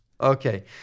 Okay